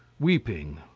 weeping,